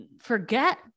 forget